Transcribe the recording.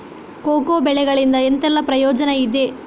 Cocoa ಬೆಳೆಗಳಿಂದ ಎಂತೆಲ್ಲ ಪ್ರಯೋಜನ ಇರ್ತದೆ?